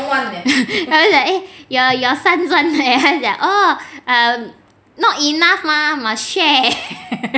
他就讲 eh your your son's [one] eh 他就讲 oh err not enough mah must share I